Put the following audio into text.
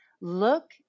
look